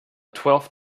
twelve